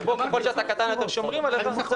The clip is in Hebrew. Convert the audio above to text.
שבו ככל שאתה קטן יותר שומרים עליך,